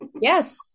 Yes